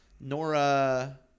Nora